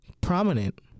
prominent